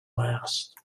last